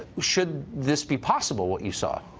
should this be possible what you saw?